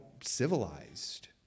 civilized